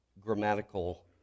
grammatical